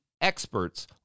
experts